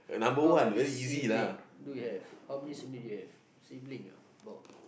how many sibling do you have how many sibling do you have sibling ah about